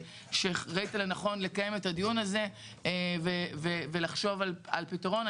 שראית לנכון לקיים את הדיון הזה ולחשוב על פתרון.